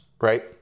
right